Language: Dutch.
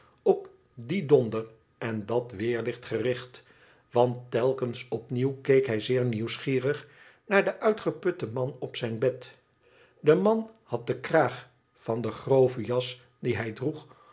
op dien donder en dat weerlicht gericht want telkens opnieuw keek hij zeer nieuwsgierig naar den uitgeputten man op zijn bed de man had den kraag van de grove jas die hij droeg